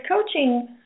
coaching